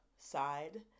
Side